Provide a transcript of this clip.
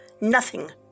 Nothing